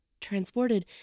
transported